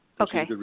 Okay